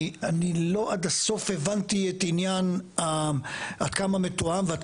אני לא עד הסוף הבנתי את עניין עד כמה מתואם ועד